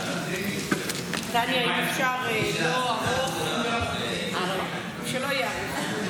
טניה, אם אפשר שלא יהיה ארוך.